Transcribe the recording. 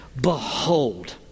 Behold